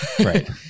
right